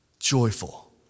Joyful